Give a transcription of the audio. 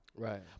Right